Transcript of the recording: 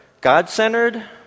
God-centered